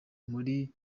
muri